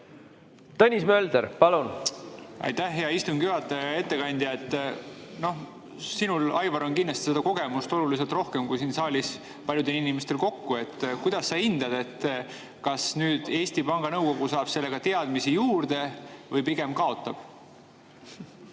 Tõnis Mölder, palun! Aitäh, hea istungi juhataja! Hea ettekandja! Sinul, Aivar, on kindlasti kogemust oluliselt rohkem kui siin saalis paljudel inimestel kokku. Kuidas sa hindad, kas Eesti Panga Nõukogu saab sellega teadmisi juurde või pigem kaotab?